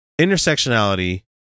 Intersectionality